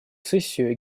сессию